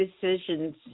decisions